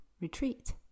retreat